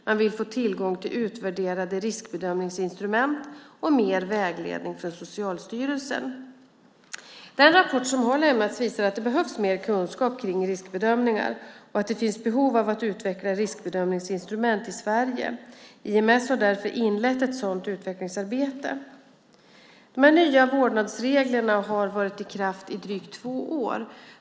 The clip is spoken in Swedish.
Man vill få tillgång till utvärderade riskbedömningsinstrument och mer vägledning från Socialstyrelsen. Den rapport som lämnats visar att det behövs mer kunskap om riskbedömningar och att det finns behov av att utveckla riskbedömningsinstrument i Sverige. IMS har därför inlett ett sådant utvecklingsarbete. De nya vårdnadsreglerna har nu varit i kraft i drygt två år.